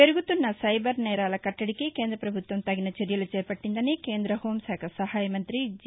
పెరుగుతున్న సైబర్ నేరాల కట్టడికి కేంద్ర ప్రభుత్వం తగిన చర్యలు చేపట్టిందని కేంద్ర హెూంశాఖ సహాయ మంతి జి